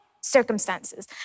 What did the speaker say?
circumstances